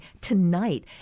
tonight